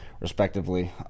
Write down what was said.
respectively